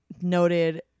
noted